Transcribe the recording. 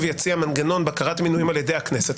יציע מנגנון בקרת מינויים על ידי הכנסת,